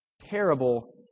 terrible